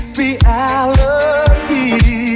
reality